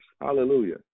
Hallelujah